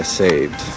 saved